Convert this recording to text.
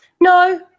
No